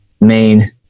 main